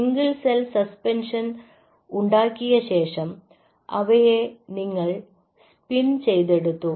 single cell suspension ഉണ്ടാക്കിയ ശേഷം അവയെ നിങ്ങൾ സ്പിൻ ചെയ്തെടുത്തു